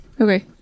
Okay